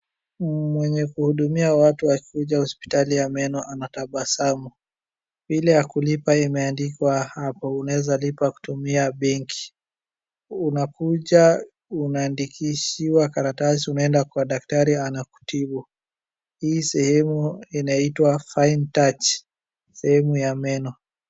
Mwenye kuhudumia watu akikuja hospitali ya meno anatabasamu. Bill ya kulipa imeandikwa hapo, unaweza lipa kutumia benki. Unakuja unaandikishiwa karatasi unaenda kwa daktari anakutibu. Hii sehemu inaitwa Fine Touch , sehemu ya meno.